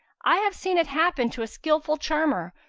i have seen it happen to a skilful charmer,